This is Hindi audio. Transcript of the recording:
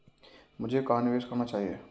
मुझे कहां निवेश करना चाहिए?